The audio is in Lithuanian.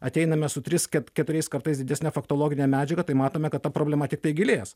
ateiname su tris ket keturiais kartais didesne faktologine medžiaga tai matome kad ta problema tiktai gilės